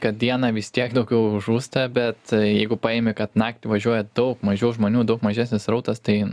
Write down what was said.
kad dieną vis tiek daugiau žūsta bet jeigu paimi kad naktį važiuoja daug mažiau žmonių daug mažesnis srautas tai